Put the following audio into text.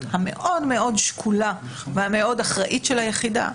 המאוד מאוד שקולה והמאוד אחראית של היחידה.